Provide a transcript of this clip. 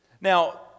Now